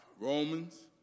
Romans